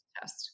test